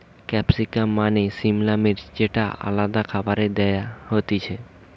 capsicum মানে সিমলা মির্চ যেটা আলাদা খাবারে দেয়া হতিছে